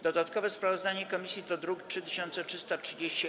Dodatkowe sprawozdanie komisji to druk nr 3330-A.